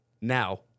Now